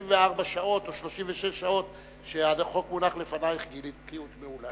שב-24 השעות או 36 שעות שהחוק מונח לפנייך גילית בקיאות מעולה.